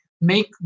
make